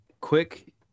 quick